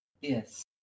Yes